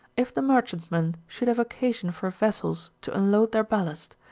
if the merchantmen should have occasion for vessels to unload their ballast,